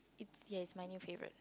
it's ya it's my new favourite